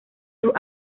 sus